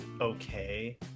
okay